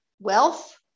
wealth